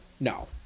No